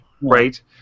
right